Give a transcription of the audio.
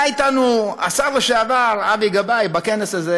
היה אתנו השר לשעבר אבי גבאי בכנס הזה,